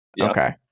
Okay